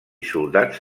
soldats